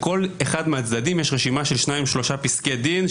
לכל אחד מהצדדים יש רשימה של שניים-שלושה פסקי דין,